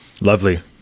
lovely